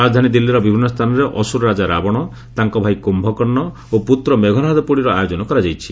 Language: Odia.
ରାଜଧାନୀ ଦିଲ୍ଲୀର ବିଭିନ୍ନ ସ୍ଥାନରେ ଅସୁର ରାଜା ରାବଣ ତାଙ୍କ ଭାଇ କ୍ୟୁକର୍ଷ ଓ ପୁତ୍ର ମେଘନାଦ ପୋଡ଼ିର ଆୟୋଜନ କରାଯାଇଛି